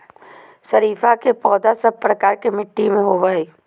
शरीफा के पौधा सब प्रकार के मिट्टी में होवअ हई